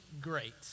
great